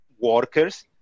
workers